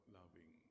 loving